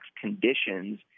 conditions